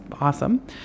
awesome